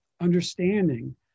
understanding